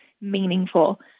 meaningful